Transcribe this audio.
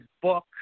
book